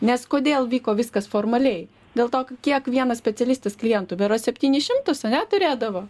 nes kodėl vyko viskas formaliai dėl to kiek vienas specialistas klientų berods septynis šimtus ane turėdavo